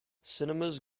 cinemas